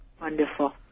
Wonderful